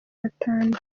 batanu